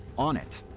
on it,